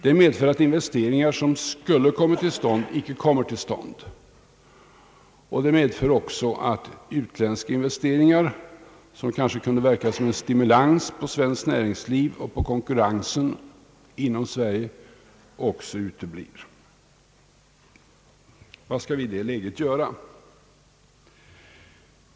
Det medför att in vesteringar som skulle kommit till stånd icke kommer till stånd, och det medför att utländska investeringar som kanske kunde verka som en stimulans på svenskt näringsliv och på konkurrensen inom Sverige också uteblir. Vad skall vi i det läget göra?